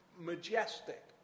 majestic